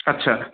আচ্ছা